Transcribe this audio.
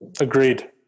agreed